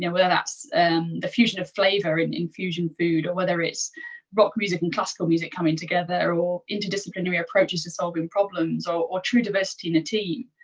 yeah whether that's the fusion of flavor in in fusion food or whether it's rock music and classical music coming together or interdisciplinary approaches to solving problems or or true diversity in a team.